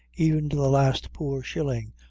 even to the last poor shilling,